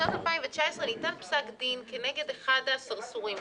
בשנת 2019 ניתן פסק דין כנגד אחד הסרסורים,